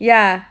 ya